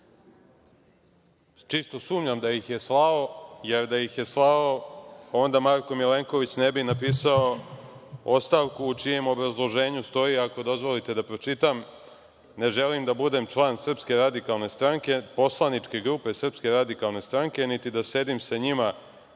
Čisto sumnjam da ih je slao, jer da ih je slao, onda Marko Milenković ne bi napisao ostavku u čijem obrazloženju stoji, ako dozvolite da pročitam – ne želim da budem član SRS, poslaničke grupe SRS, niti da sedim sa njima